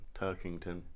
Turkington